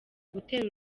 gutera